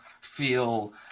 feel